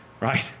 right